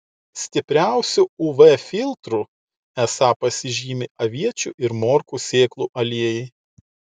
stipriausiu uv filtru esą pasižymi aviečių ir morkų sėklų aliejai